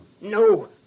No